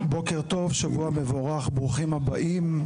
בוקר טוב, שבוע מבורך, ברוכים הבאים.